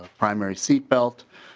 ah primary seatbelt.